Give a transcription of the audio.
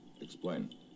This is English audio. Explain